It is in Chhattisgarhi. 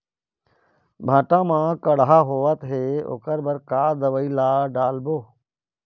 भांटा मे कड़हा होअत हे ओकर बर का दवई ला डालबो?